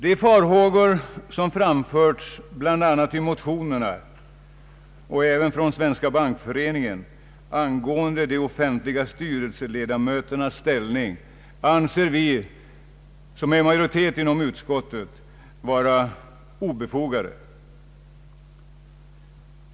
De farhågor som framförts bl.a. i motionerna och även från Svenska bankföreningen angående de offentliga styrelseledamöternas ställning anser vi, som är majoritet inom utskottet, vara obefogade.